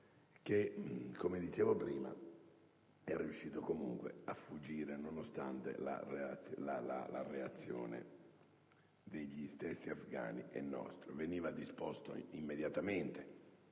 Come dicevo prima, egli è riuscito comunque a fuggire nonostante la reazione degli stessi afgani e nostra. Veniva immediatamente